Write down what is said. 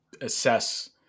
assess